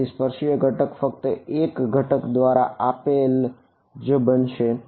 તેથી સ્પર્શીય ઘટક ફક્ત તે એક ઘટકદ્વારા આપેલ જ બનશે